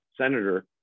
senator